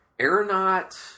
Aeronaut